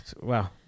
wow